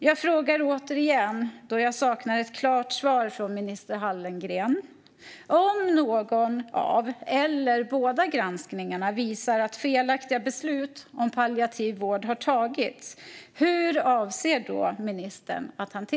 Jag frågar återigen, fru talman, då jag saknar ett klart svar från minister Hallengren: Hur avser ministern att hantera det hela om någon av eller båda granskningarna visar att felaktiga beslut om palliativ vård har fattats?